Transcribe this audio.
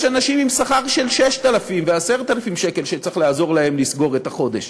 יש אנשים עם שכר של 6,000 ו-10,000 שקל שצריך לעזור להם לסגור את החודש,